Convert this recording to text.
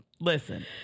listen